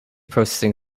processing